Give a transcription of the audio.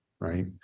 right